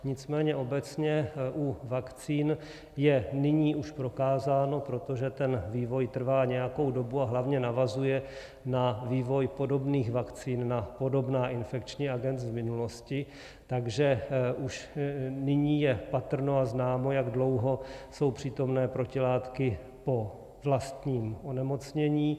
Nicméně obecně je u vakcín už nyní prokázáno, protože ten vývoj trvá nějakou dobu a hlavně navazuje na vývoj podobných vakcín, na podobná infekční agens z minulosti, takže už nyní je patrno a známo, jak dlouho jsou přítomné protilátky po vlastním onemocnění.